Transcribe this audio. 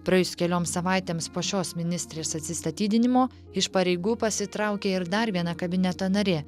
praėjus kelioms savaitėms po šios ministrės atsistatydinimo iš pareigų pasitraukė ir dar viena kabineto narė